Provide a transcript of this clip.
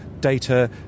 data